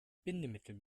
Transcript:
bindemittel